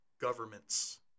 governments